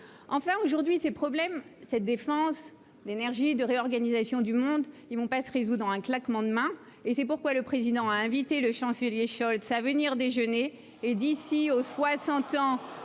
enfin aujourd'hui, ces problèmes cette défense, l'énergie et de réorganisation du monde, ils vont pas se résout dans un claquement de mains et c'est pourquoi le président a invité le chancelier Scholz à venir déjeuner et d'ici aux 60 ans